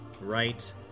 right